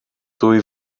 dwy